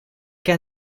ken